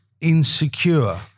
insecure